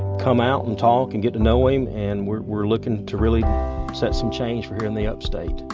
come out and talk, and get to know him. and we're we're lookin' to really set some change for here in the upstate.